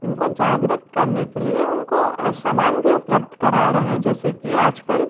उनको जागृत करने के लिए उनको सामान भी उपलब्ध करा रहे हैं जैसे कि आज कल